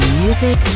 music